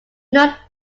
not